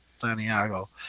Santiago